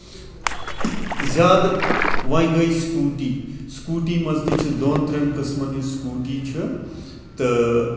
زیادٕ وۄنۍ گٔے سِکوٗٹی سِکوٗٹی منٛز تہِ چھُ یہِ دۄن ترٮ۪ن قٕسمَن ہنٛز سِکوٗٹی تہِ چھِ تہٕ